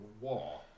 war